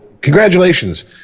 congratulations